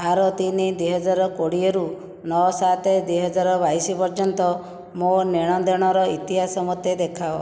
ବାର ତିନି ଦୁଇହଜାର କୋଡ଼ିଏରୁ ନଅ ସାତ ଦୁଇହଜାର ବାଇଶ ପର୍ଯ୍ୟନ୍ତ ମୋ ନେଣ ଦେଣର ଇତିହାସ ମୋତେ ଦେଖାଅ